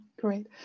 Great